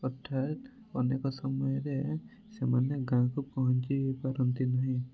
ହଠାତ୍ ଅନେକ ସମୟରେ ସେମାନେ ଗାଁ କୁ ପହଞ୍ଚିପାରନ୍ତି ନାହିଁ